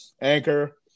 Anchor